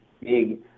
big